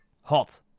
hot